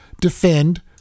defend